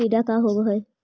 टीडा का होव हैं?